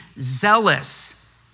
zealous